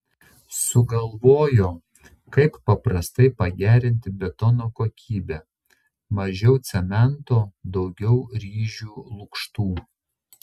sugalvojo kaip paprastai pagerinti betono kokybę mažiau cemento daugiau ryžių lukštų